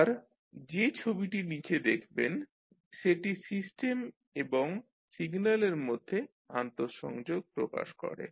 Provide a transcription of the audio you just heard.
এবার যে ছবিটি নিচে দেখবেন সেটি সিস্টেম এবং সিগন্যালের মধ্যে আন্তঃসংযোগ প্রকাশ করে